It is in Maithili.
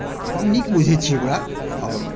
आओर हम नीक बुझै छी ओकरा आओर